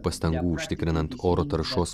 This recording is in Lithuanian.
pastangų užtikrinant oro taršos